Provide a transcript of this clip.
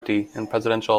presidential